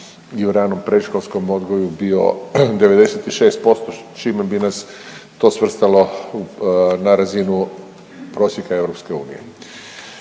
i u ranom predškolskom odgoju bio 96%, čime bi nas to svrstalo na razinu prosjeka EU.